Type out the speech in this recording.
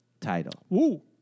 Title